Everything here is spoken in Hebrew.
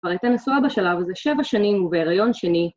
אבל הייתה נשואה בשלב הזה שבע שנים ובהריון שני.